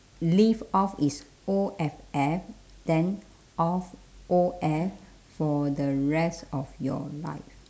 live off is O F F then of O F for the rest of your life